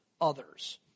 others